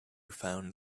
found